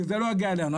כי זה לא יגיע אלינו.